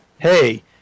Hey